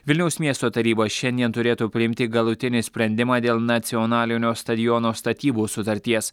vilniaus miesto taryba šiandien turėtų priimti galutinį sprendimą dėl nacionalinio stadiono statybos sutarties